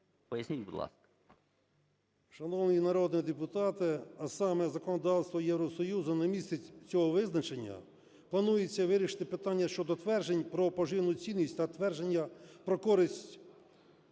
Поясніть, будь ласка.